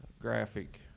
graphic